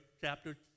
chapter